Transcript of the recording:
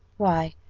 why,